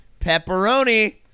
pepperoni